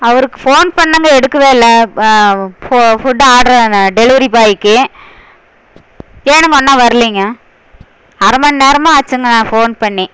அவருக்கு ஃபோன் பண்ணேங்க எடுக்கவே இல்லை ஃபுட் ஆர்டர் நான் டெலிவரி பாய்க்கு ஏனுங்க இன்னும் வர்லேங்க அரை மண்நேரமாக ஆச்சிங்க நான் ஃபோன் பண்ணி